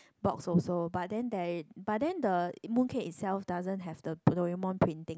box also but then there is but then the mooncake itself doesn't have the Doraemon printing